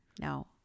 No